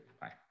Bye